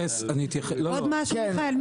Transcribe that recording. עוד משהו, מיכאל.